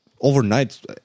overnight